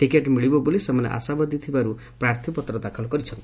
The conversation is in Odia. ଟିକେଟ ମିଳିବ ବୋଲି ସେମାନେ ଆଶାବାଦୀ ଥିବାରୁ ପ୍ରାର୍ଥିପତ୍ର ଦାଖଲ କରିଛନ୍ତି